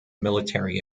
military